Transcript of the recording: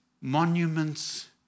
monuments